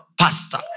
pastor